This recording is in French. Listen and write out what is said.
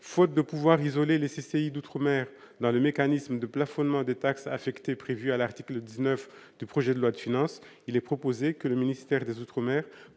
faute de pouvoir isoler les CCI d'outre-mer dans le mécanisme de plafonnement des taxes affectées prévue à l'article 19 du projet de loi de finances, il est proposé que le ministère des Outre-mer